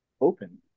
open